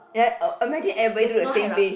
ya uh imagine everybody do the same face